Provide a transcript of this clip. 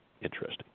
interesting